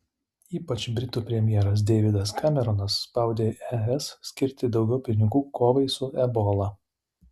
ypač britų premjeras deividas kameronas spaudė es skirti daugiau pinigų kovai su ebola